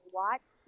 watch